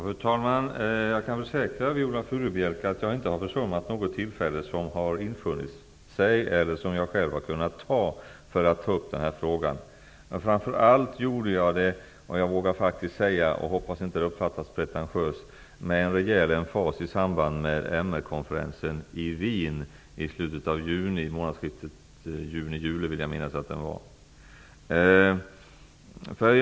Fru talman! Jag kan försäkra Viola Furubjelke att jag inte har försummat något tillfälle att ta upp den här frågan. Framför allt tog jag upp den i samband med MR konferensen i Wien i juni. Jag vågar faktiskt säga att jag gjorde det med en rejäl emfas. Jag hoppas att det inte uppfattas pretentiöst.